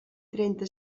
trenta